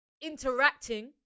interacting